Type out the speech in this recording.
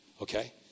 Okay